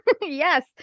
Yes